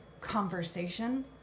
conversation